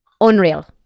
unreal